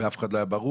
לאף אחד לא היה ברור,